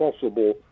possible